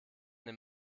den